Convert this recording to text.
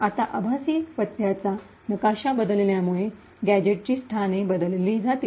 आता आभासी पत्त्याचा नकाशा बदलल्यामुळे गॅझेटची स्थाने बदलली जातील